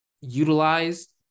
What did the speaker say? utilized